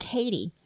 Katie